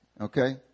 Okay